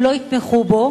הם לא יתמכו בו,